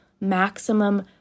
maximum